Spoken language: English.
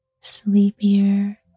sleepier